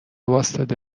واستاده